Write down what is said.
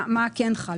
מה כן חל?